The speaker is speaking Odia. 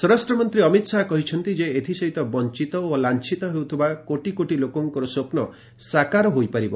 ସ୍ୱରାଷ୍ଟ୍ର ମନ୍ତ୍ରୀ ଅମିତ ଶାହା କହିଛନ୍ତି ଯେ ଏଥିସହିତ ବଞ୍ଚିତ ଓ ଲାଞ୍ଚିତ ହେଉଥିବା କୋଟି କୋଟି ଲୋକଙ୍କର ସ୍ୱପ୍ନ ସାକାର ହୋଇପାରିବ